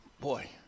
boy